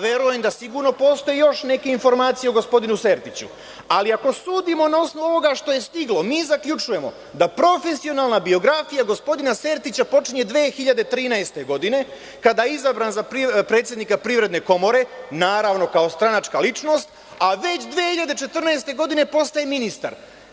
Verujem da sigurno postoje još neke informacije o gospodinu Sertiću, ali ako sudimo na osnovu ovoga što je stiglo, mi zaključujemo da profesionalna biografija gospodina Sertića počinje 2013. godine, kada je izabran za predsednika Privredne komore, naravno kao stranačka ličnost, a već 2014. godine postaje ministar.